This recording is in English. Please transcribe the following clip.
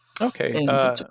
Okay